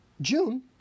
June